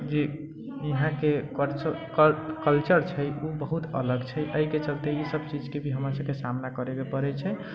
जे इहाँके करच कऽ कल्चर छै से बहुत अलग छै अइके चलते ई सभ चीजके हमरा सभके सामना करैके पड़ै छै